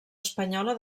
espanyola